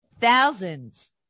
thousands